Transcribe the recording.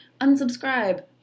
Unsubscribe